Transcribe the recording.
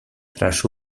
tras